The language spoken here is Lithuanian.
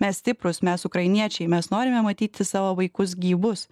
mes stiprūs mes ukrainiečiai mes norime matyti savo vaikus gyvus